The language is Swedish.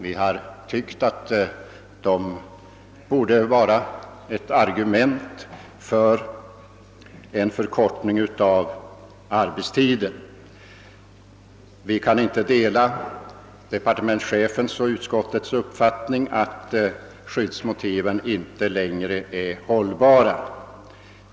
Vi har ansett att de är ett argument för en ytterligare förkortning av arbetstiden för gruvarbetarna. Vi kan inte dela departementschefens och utskottets uppfattning att skyddsmotiven inte längre är hållbara.